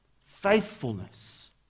faithfulness